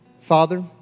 Father